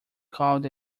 called